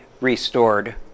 restored